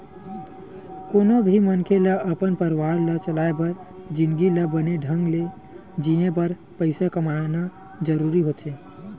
कोनो भी मनखे ल अपन परवार ला चलाय बर जिनगी ल बने ढंग ले जीए बर पइसा कमाना जरूरी होथे